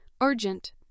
urgent